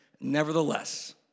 nevertheless